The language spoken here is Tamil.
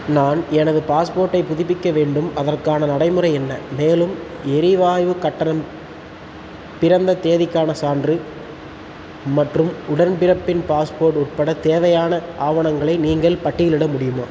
நான் எனது பாஸ்போர்ட்டை புதுப்பிக்க வேண்டும் அதற்கான நடைமுறை என்ன மேலும் எரிவாயுக் கட்டணம் பிறந்த தேதிக்கான சான்று மற்றும் உடன்பிறப்பின் பாஸ்போர்ட் உட்பட தேவையான ஆவணங்களை நீங்கள் பட்டியலிட முடியுமா